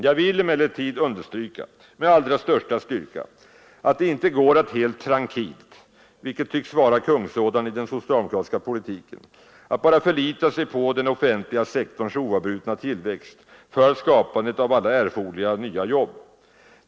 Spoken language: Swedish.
Jag vill emellertid, herr talman, understryka med allra största styrka att det inte går att helt trankilt — vilket tycks vara kungsådran i den socialdemokratiska politiken — bara förlita sig på den offentliga sektorns oavbrutna tillväxt för skapandet av alla erforderliga nya jobb.